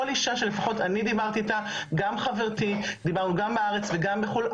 כל אישה שלחות אני דיברתי איתה גם חברתי דיברנו גם בארץ וגם בחו"ל,